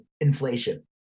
inflation